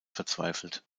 verzweifelt